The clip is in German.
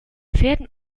pferden